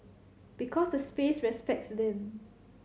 because the space respects them